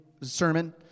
sermon